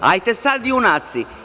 Hajte sad, junaci.